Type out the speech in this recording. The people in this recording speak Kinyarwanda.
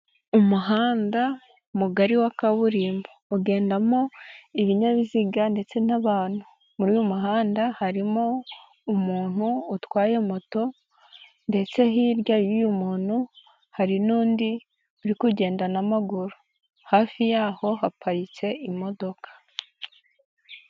Umuhanda mugari wa kaburimbo ugendamo ibinyabiziga ndetse n'abantu, muri uyu muhanda harimo umuntu utwaye moto, ndetse hirya y'uyu muntu hari n'undi uri kugenda n'amaguru hafi yaho haparitse imodoka.